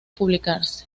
publicarse